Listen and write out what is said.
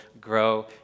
grow